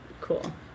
Cool